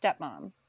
stepmom